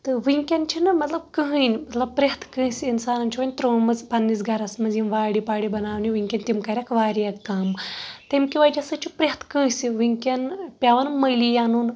تہٕ ؤنٛۍکیٚن چھِ نہٕ مطلب کہٕنۍ مطلب پریٚتھ کٲنٛسہِ اِنسانن چھُ وَنۍ ترومژٕ پَنٕنِس گرس منٛز یِم وارِ پارِ بَناونہِ ؤنٛۍکیٚن تِم کَریٚکھ واریاہ کَم تَمہِ کہِ وجہہ سۭتۍ چھُ پریٚتھ کٲنٛسہِ ؤنٛۍکیٚن پیٚوان مٔلی اَنُن